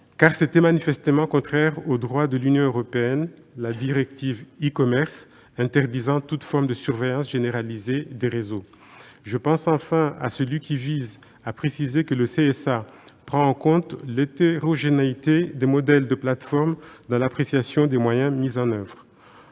de était manifestement contraire au droit de l'Union européenne, la directive e-commerce interdisant toute forme de surveillance généralisée des réseaux. Je pense enfin à l'amendement tendant à préciser que le CSA prend en compte l'hétérogénéité des modèles de plateforme dans l'appréciation des moyens mis en oeuvre.